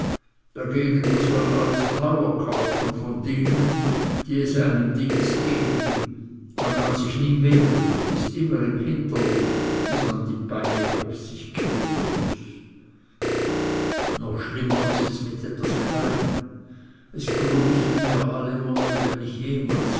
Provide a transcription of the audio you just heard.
dagegen muß man alles teurer kaufen von denen die es einem dings geben man kann sich nie wehren ist immer im hinterlig